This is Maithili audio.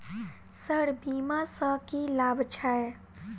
सर बीमा सँ की लाभ छैय?